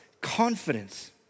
confidence